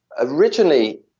originally